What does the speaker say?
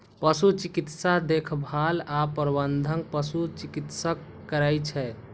पशु चिकित्सा देखभाल आ प्रबंधन पशु चिकित्सक करै छै